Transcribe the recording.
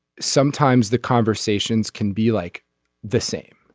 sometimes the conversations can be like the same.